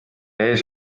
ees